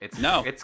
No